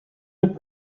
mit